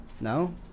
No